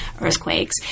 earthquakes